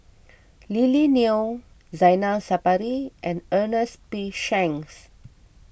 Lily Neo Zainal Sapari and Ernest P Shanks